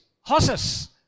Horses